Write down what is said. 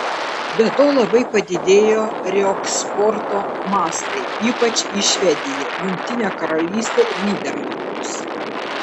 be to labai padidėjo reeksporto mastai ypač į švediją jungtinę karalystę ir nyderlandus